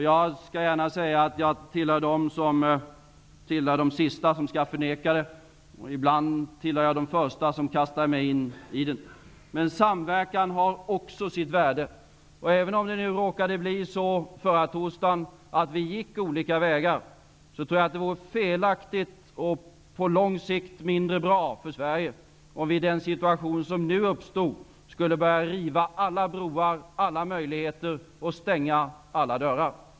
Jag är den siste att förneka det -- ibland tillhör jag de första som kastar sig in i den. Samverkan har också sitt värde. Även om det nu råkade bli så i torsdags, att vi gick olika vägar, tror jag att det vore fel och på lång sikt mindre bra för Sverige, om vi i den situation som nu uppstod skulle riva alla broar och stänga alla dörrar.